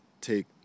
take